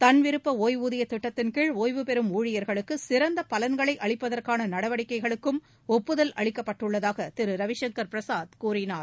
தன்விருப்பஓய்வூதியதிட்டத்தின் கீழ் ஒய்வு பெறம் ஊழியர்களுக்குசிறந்தபலன்களைஅளிப்பதற்கானநடவடிக்கைகளுக்கும் ஒப்புதல் அளிக்கப்பட்டுள்ளதாகதிருரவிசங்கர் பிரசாத் கூறினார்